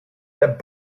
that